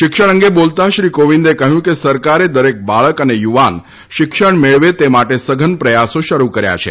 શિક્ષણ અંગે બોલતા શ્રી કોવિંદે કહ્યું કે સરકારે દરેક બાળક અને યુવાન શિક્ષણ મેળવે તે માટે સઘન પ્રયાસો શરૂ કરાયા છે